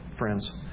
Friends